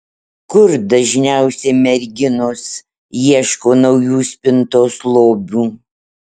kur dažniausiai merginos ieško naujų spintos lobių